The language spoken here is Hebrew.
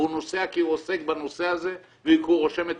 והוא נוסע כי הוא עוסק בנושא הזה וכי הוא רושם את